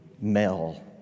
male